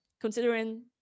considering